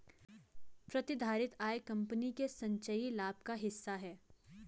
प्रतिधारित आय कंपनी के संचयी लाभ का हिस्सा है